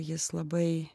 jis labai